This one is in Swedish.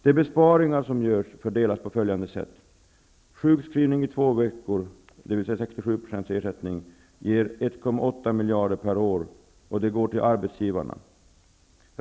De besparingar som görs fördelas på följande sätt: Sjukskrivning i två veckor, dvs. 67 % ersättning, ger 1,8 miljarder per år som går till arbetsgivarna.